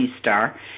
star